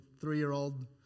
three-year-old